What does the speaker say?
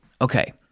okay